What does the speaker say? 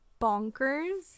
bonkers